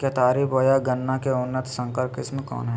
केतारी बोया गन्ना के उन्नत संकर किस्म कौन है?